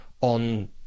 on